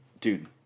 dude